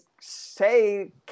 say